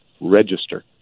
Register